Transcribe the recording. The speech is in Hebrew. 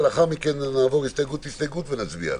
ולאחר מכן נעבור הסתייגות-הסתייגות ונצביע עליהן.